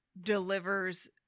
delivers